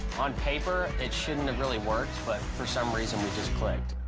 on paper, it shouldn't have really worked, but for some reason, we just clicked.